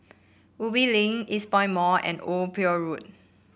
Ubi Link Eastpoint Mall and Old Pier Road